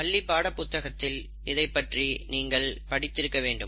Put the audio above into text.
பள்ளி பாடப்புத்தகத்தில் இதைப்பற்றி நீங்கள் படித்திருக்க வேண்டும்